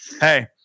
hey